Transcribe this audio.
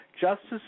Justice